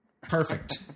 Perfect